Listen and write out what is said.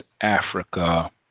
Africa